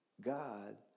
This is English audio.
God